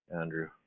Andrew